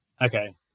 Okay